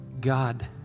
God